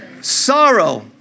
sorrow